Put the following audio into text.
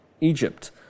Egypt